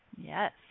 Yes